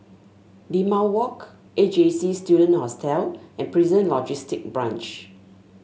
Limau Walk A J C Student Hostel and Prison Logistic Branch